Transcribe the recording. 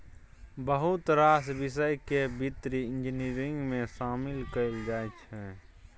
बहुत रास बिषय केँ बित्त इंजीनियरिंग मे शामिल कएल जाइ छै